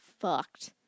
fucked